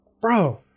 Bro